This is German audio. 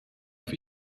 auf